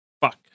Fuck